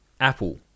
Apple